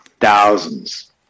Thousands